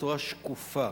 בצורה שקופה,